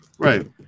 Right